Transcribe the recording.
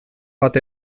bat